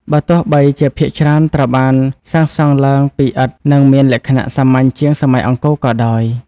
បើទោះបីជាភាគច្រើនត្រូវបានសាងសង់ឡើងពីឥដ្ឋ និងមានលក្ខណៈសាមញ្ញជាងសម័យអង្គរក៏ដោយ។